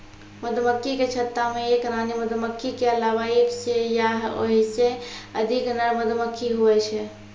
मधुमक्खी के छत्ता मे एक रानी मधुमक्खी के अलावा एक सै या ओहिसे अधिक नर मधुमक्खी हुवै छै